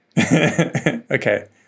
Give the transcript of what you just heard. Okay